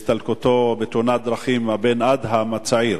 בהסתלקותו בתאונת דרכים של הבן אדהם, הצעיר.